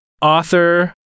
Author